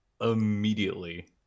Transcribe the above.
immediately